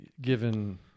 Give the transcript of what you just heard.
given